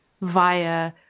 via